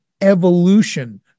evolution